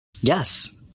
Yes